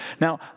Now